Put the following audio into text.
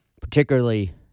particularly